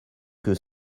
que